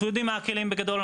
אנחנו יודעים מה הכלים בגדול,